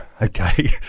Okay